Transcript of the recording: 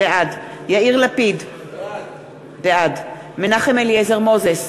בעד יאיר לפיד, בעד מנחם אליעזר מוזס,